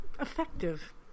effective